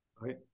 right